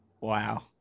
Wow